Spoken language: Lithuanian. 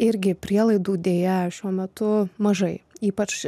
irgi prielaidų deja šiuo metu mažai ypač